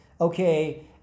okay